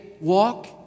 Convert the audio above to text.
walk